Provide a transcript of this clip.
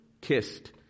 kissed